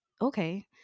okay